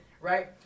right